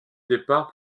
départ